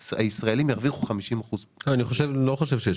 אז הישראלים ירוויחו 50% --- אני לא חושב שיש